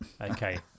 Okay